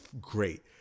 great